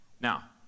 Now